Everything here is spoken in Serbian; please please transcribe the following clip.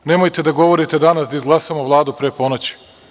Nemojte da govorite danas da izglasamo Vladu pre ponoći.